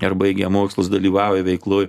ir baigę mokslus dalyvauja veikloj